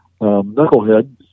knucklehead